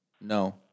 No